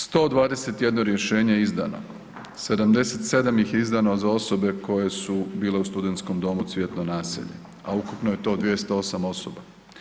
121 rješenje je izdano, 77 ih je izdano za osobe koje su bile u Studentskom domu Cvjetno naselje, a ukupno je to 208 osoba.